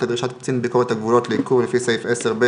לדרישת קצין ביקורת הגבולות לעיכוב לפי סעיף 10ב